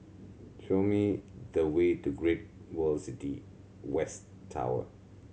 show me the way to Great World City West Tower